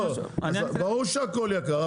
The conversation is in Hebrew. ברור שהכול יקר,